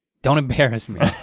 don't embarrass me.